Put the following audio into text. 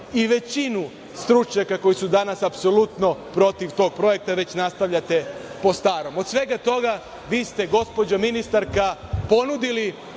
i većinu stručnjaka koji su danas apsolutno protiv tog projekta, već nastavljate po starom? Od svega toga vi ste, gospođo ministarka, ponudili